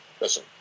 listen